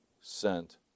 sent